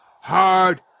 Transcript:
hard